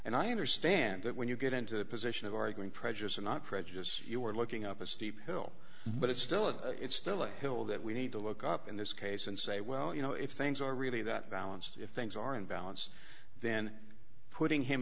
and i understand that when you get into the position of arguing precious or not prejudice you are looking up a steep hill but it still is it's still a hill that we need to look up in this case and say well you know if things are really that balanced if things are in balance then putting him